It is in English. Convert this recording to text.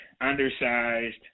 undersized